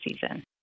season